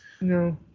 no